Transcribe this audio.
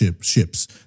ships